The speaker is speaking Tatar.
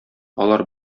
алар